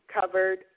covered